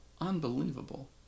unbelievable